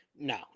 No